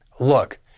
Look